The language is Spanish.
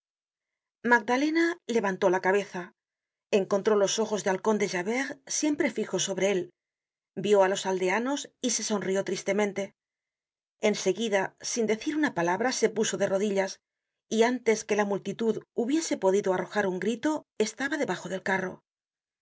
magdalena levantó la cabeza encontró los ojos de halcon de javert siempre fijos sobre él vió á los aldeanos y se sonrió tristemente en seguida sin decir una palabra se puso de rodillas y antes que la multitud hubiese podido arrojar un grito estaba debajo del carro hubo